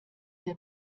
der